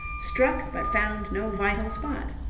struck but found no vital spot.